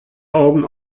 augen